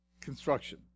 construction